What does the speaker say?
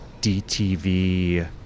DTV